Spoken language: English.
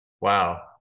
Wow